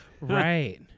right